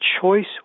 choice